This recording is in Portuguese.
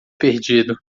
perdido